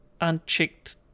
unchecked